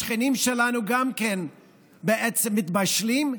השכנים שלנו גם כן בעצם מתבשלים,